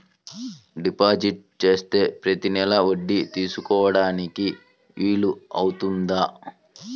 Deposit చేస్తే ప్రతి నెల వడ్డీ తీసుకోవడానికి వీలు అవుతుందా?